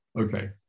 Okay